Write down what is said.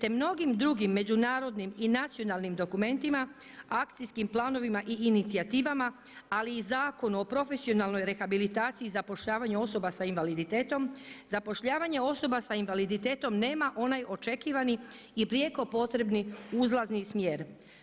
te mnogim drugim međunarodnim i nacionalnim dokumentima, akcijskim planovima i inicijativama ali i Zakonu o profesionalnoj rehabilitaciji i zapošljavanju osoba s invaliditetom, zapošljavanje osoba sa invaliditetom nema onaj očekivani i prijeko potrebni uzlazni smjer.